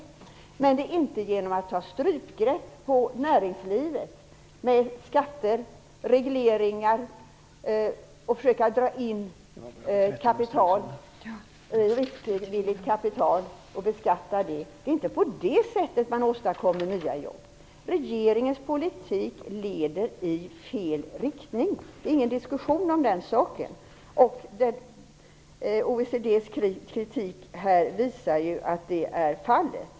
Men man åstadkommer inte nya jobb genom att ta strypgrepp på näringslivet med skatter och regleringar och genom att försöka dra in riskvilligt kapital och beskatta det. Regeringens politik leder i fel riktning. Det är ingen diskussion om den saken. OECD:s kritik visar ju att så är fallet.